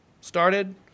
started